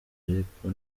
ariko